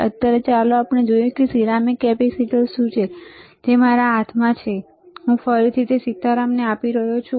પણ અત્યારે ચાલો જોઈએ કે ત્યાં સિરામિક કેપેસિટર છે જે મારા હાથમાં છે અને હું ફરીથી સીતારામને આપી રહ્યો છું